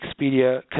Expedia